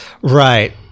Right